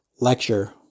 lecture